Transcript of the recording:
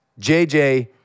JJ